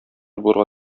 булырга